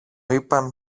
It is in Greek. είπαν